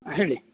ಹಾಂ ಹೇಳಿ